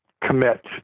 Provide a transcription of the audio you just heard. commit